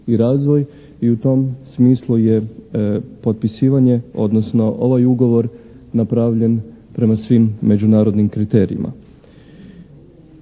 i razvoj i u tom smislu je potpisivanje, odnosno ovaj ugovor napravljen prema svim međunarodnim kriterijima.